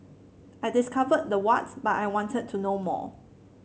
I discovered the what but I wanted to know more